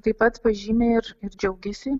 taip pat pažymi ir ir džiaugiasi